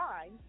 fine